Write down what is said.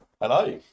Hello